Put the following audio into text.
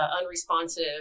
unresponsive